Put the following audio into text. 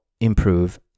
improve